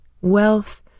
Wealth